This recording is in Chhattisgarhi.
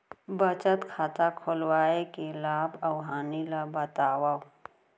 बचत खाता खोलवाय के लाभ अऊ हानि ला बतावव?